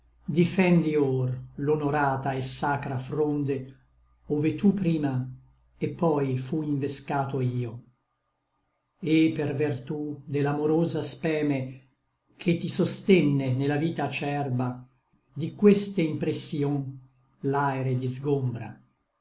difendi or l'onorata et sacra fronde ove tu prima et poi fu invescato io et per vertú de l'amorosa speme che ti sostenne ne la vita acerba di queste impressïon l'aere disgombra